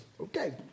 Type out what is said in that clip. Okay